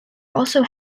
also